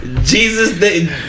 Jesus